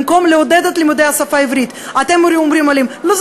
במקום לעודד את השפה העברית אתם הרי אומרים להם: לא,